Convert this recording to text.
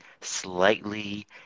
slightly